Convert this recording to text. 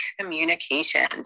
Communications